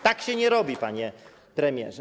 Tak się nie robi, panie premierze.